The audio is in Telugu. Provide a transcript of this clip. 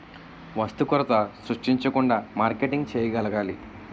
వస్తు కొరత సృష్టించకుండా మార్కెటింగ్ చేయగలగాలి